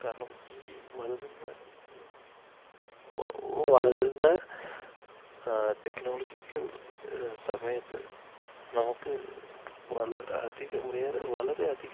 കാരണം ഈ വളരുന്ന വളരുന്ന ടെക്നോളോജിക്കൽ സമയത്ത് നമുക്ക് വളരെ അധികം വേറെ വളരെ അധികം